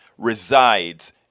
resides